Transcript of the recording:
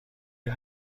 این